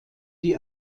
die